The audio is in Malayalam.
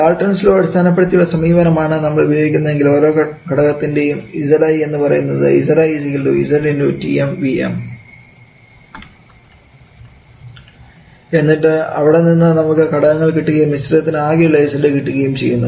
ഡാൽറ്റ്ൺസ് ലോ അടിസ്ഥാനപ്പെടുത്തിയുള്ള സമീപനം ആണ് നമ്മൾ ഉപയോഗിക്കുന്നതെങ്കിൽ ഓരോ ഘടകത്തിൻറെയും Zi എന്നത് 𝑍𝑖 𝑍𝑇𝑚 𝑉𝑚 എന്നിട്ട് അവിടെ നിന്നും നമുക്ക് ഘടകങ്ങൾ കിട്ടുകയും മിശ്രിതത്തിന് ആകെയുള്ള Z കിട്ടുകയും ചെയ്യുന്നു